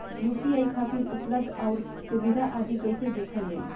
UPI खातिर उपलब्ध आउर सुविधा आदि कइसे देखल जाइ?